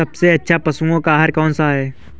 सबसे अच्छा पशुओं का आहार कौन सा होता है?